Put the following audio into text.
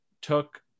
took